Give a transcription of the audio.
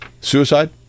Suicide